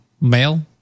male